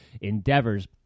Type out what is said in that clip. endeavors